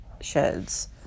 sheds